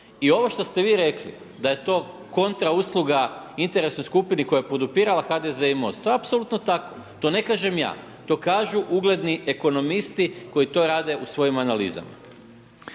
I ovo što ste vi rekli da je to kontra usluga interesnoj skupini koja je podupirala HDZ i MOST, to je apsolutno tako, to ne kažem ja, to kažu ugledni ekonomisti koji to rade u svojim analizama.